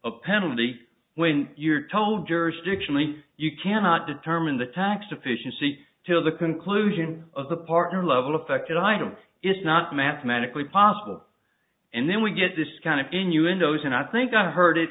a penalty when you're told jurisdictionally you cannot determine the tax efficiency till the conclusion of the partner level affected i don't it's not mathematically possible and then we get this kind of innuendos and i think i've heard it